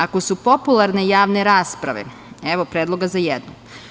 Ako su popularne javne rasprave, evo predloga za jednu.